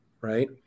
Right